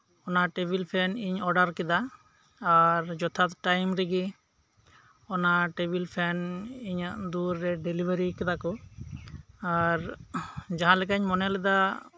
ᱚᱱᱟ ᱴᱮᱵᱤᱞ ᱯᱷᱮᱱᱤᱧ ᱚᱰᱟᱨ ᱠᱮᱫᱟ ᱟᱨ ᱡᱚᱛᱷᱟᱛ ᱴᱟᱭᱤᱢ ᱨᱮᱜᱤ ᱚᱱᱟ ᱴᱮᱵᱤᱞ ᱯᱷᱮᱱ ᱤᱧᱟᱹᱜ ᱫᱩᱣᱟᱹᱨ ᱨᱮ ᱰᱮᱞᱤᱵᱷᱟᱨᱤ ᱠᱮᱫᱟ ᱠᱩ ᱟᱨ ᱡᱟᱦᱟᱸ ᱞᱮᱠᱟᱧ ᱢᱚᱱᱮ ᱞᱮᱫᱟ